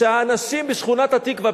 שהאנשים בשכונת-התקווה,